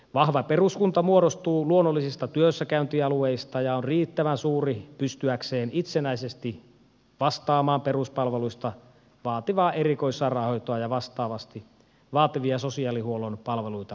vahva peruskunta muodostuu luonnollisista työssäkäyntialueista ja on riittävän suuri pystyäkseen itsenäisesti vastaamaan peruspalveluista vaativaa erikoissairaanhoitoa ja vastaavasti vaativia sosiaalihuollon palveluita lukuun ottamatta